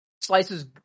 slices